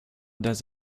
does